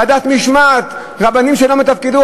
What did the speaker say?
ועדת משמעת, רבנים שאינם מתפקדים.